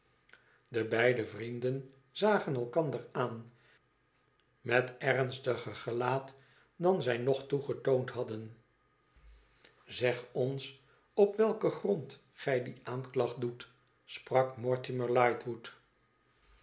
de beide vrienden zagen elkander aan met ernstiger gelaat dan zij nog toe getoond hadden zeg ons op welken grond gij die aanklacht doet sprak mortimer ughtwood